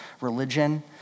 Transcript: religion